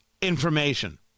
information